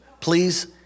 Please